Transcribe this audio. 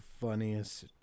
funniest